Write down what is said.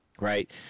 right